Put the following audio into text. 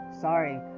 Sorry